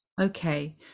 Okay